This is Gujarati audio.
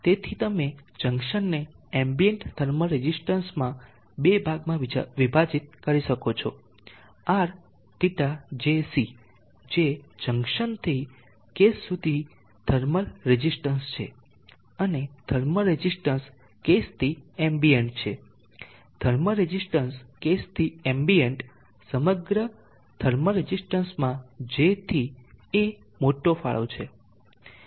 તેથી તમે જંક્શનને એમ્બિયન્ટ થર્મલ રેઝિસ્ટન્સમાં બે ભાગમાં વિભાજીત કરી શકો છો Rθjc જે જંકશનથી કેસ સુધી થર્મલ રેઝિસ્ટન્સ છે અને થર્મલ રેઝિસ્ટન્સ કેસ થી એમ્બિયન્ટ છે થર્મલ રેઝિસ્ટન્સ કેસથી એમ્બિયન્ટ સમગ્ર થર્મલ રેઝિસ્ટન્સમાં j થી a મોટો ફાળો આપશે